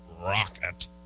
rocket